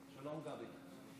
שלום גבי.